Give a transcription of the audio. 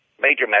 major